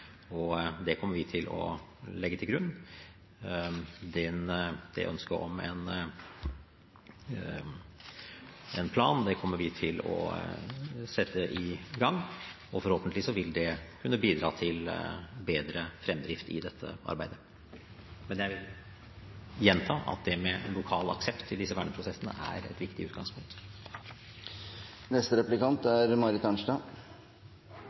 og det kommer vi til å legge til grunn. Det er ønske om en plan, og det arbeidet kommer vi til å sette i gang. Forhåpentligvis vil det kunne bidra til bedre fremdrift i dette arbeidet, men jeg vil gjenta at lokal aksept i disse verneprosessene er et viktig utgangspunkt.